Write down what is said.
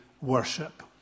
worship